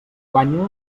guanya